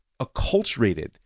acculturated